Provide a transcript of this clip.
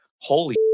holy